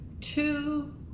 two